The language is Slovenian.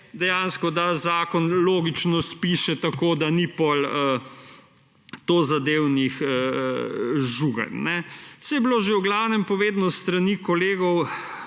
dejansko, da se zakon logično spiše tako, da ni potem tozadevnih žuganj. Saj je bilo že v glavnem povedano s strani kolegov